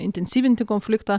intensyvinti konfliktą